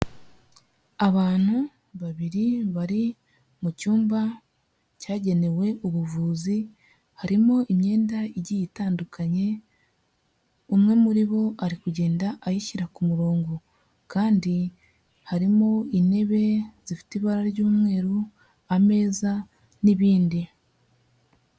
Abantu babiri bari mu cyumba cyagenewe ubuvuzi, harimo imyenda igiye itandukanye, umwe muri bo ari kugenda ayishyira ku murongo kandi harimo intebe zifite ibara ry'umweru, ameza n'ibindi.